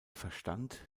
verstand